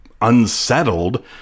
unsettled